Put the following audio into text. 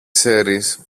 ξέρεις